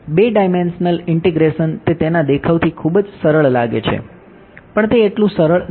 2 dimensional integration તે તેના દેખાવથી ખૂબ જ સરળ લાગે છે પણ તે એટલું સરળ નથી